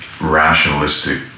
rationalistic